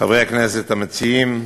הכנסת המציעים,